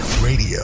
radio